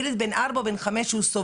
ילד בן 4 או 5 שסובל,